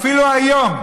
אפילו היום,